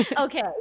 okay